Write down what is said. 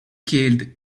killed